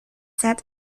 set